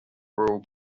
rule